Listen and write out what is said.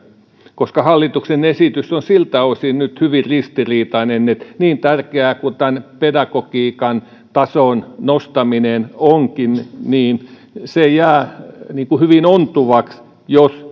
koska hallituksen esitys on siltä osin nyt hyvin ristiriitainen että niin tärkeää kuin tämän pedagogiikan tason nostaminen onkin niin se jää hyvin ontuvaksi jos